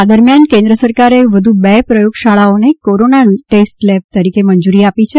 આ દરમિયાન કેન્દ્ર સરકારે વધુ બે પ્રયોગશાળાઓને કોરોના ટેસ્ટ લેબ તરીકે મંજૂરી આપી છે